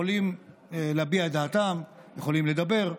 הם יכולים להביע את דעתם, יכולים לדבר,